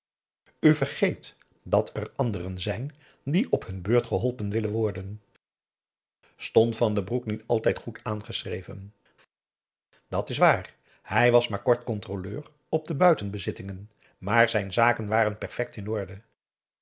vergeet dat er anderen zijn die op hun beurt geholpen willen worden stond van den broek niet altijd goed aangeschreven dat is waar hij was maar kort controleur op de buitenbezittingen maar zijn zaken waren perfect in orde